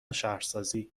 شهرسازی